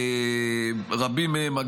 רבים מהם,